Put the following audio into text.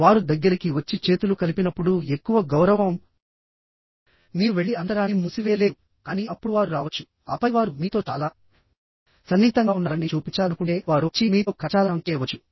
వారు దగ్గరికి వచ్చి చేతులు కలిపినప్పుడు ఎక్కువ గౌరవం మీరు వెళ్లి అంతరాన్ని మూసివేయలేరు కానీ అప్పుడు వారు రావచ్చు ఆపై వారు మీతో చాలా సన్నిహితంగా ఉన్నారని చూపించాలనుకుంటే వారు వచ్చి మీతో కరచాలనం చేయవచ్చు